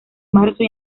marzo